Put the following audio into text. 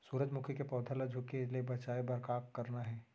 सूरजमुखी के पौधा ला झुके ले बचाए बर का करना हे?